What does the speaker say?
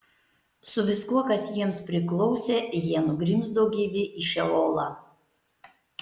su viskuo kas jiems priklausė jie nugrimzdo gyvi į šeolą